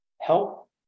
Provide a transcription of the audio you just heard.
help